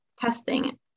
testing